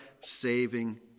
saving